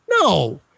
No